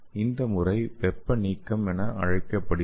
இந்த முறை வெப்ப நீக்கம் என அழைக்கப்படுகிறது